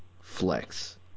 flex